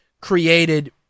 created